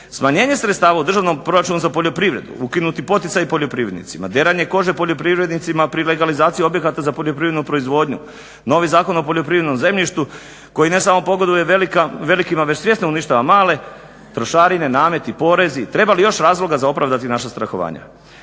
Smanjenje sredstava u državnom proračunu za poljoprivredu, ukinuti poticaji poljoprivrednicima, deranje kože poljoprivrednicima pri legalizaciji objekata za poljoprivrednu proizvodnju, novi Zakon o poljoprivrednom zemljištu koji ne samo pogoduje velikima već svjesno uništava male, trošarine, nameti, porezi treba li još razloga za opravdati naša strahovanja?